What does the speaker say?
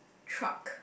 truck